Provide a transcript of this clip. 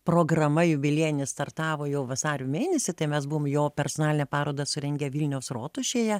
programa jubiliejinė startavo jau vasario mėnesį tai mes buvom jo personalinę parodą surengę vilniaus rotušėje